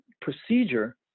procedure